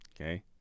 Okay